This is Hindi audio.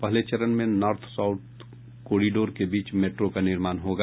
पहले चरण में नार्थ साउथ कोरिडोर के बीच मेट्रो का निर्माण होगा